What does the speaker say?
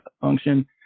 function